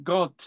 God